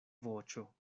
voĉo